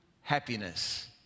happiness